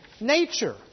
nature